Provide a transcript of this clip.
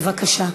בבקשה,